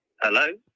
Hello